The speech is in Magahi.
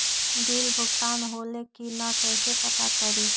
बिल भुगतान होले की न कैसे पता करी?